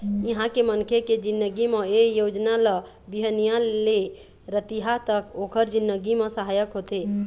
इहाँ के मनखे के जिनगी म ए योजना ल बिहनिया ले रतिहा तक ओखर जिनगी म सहायक होथे